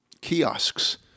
kiosks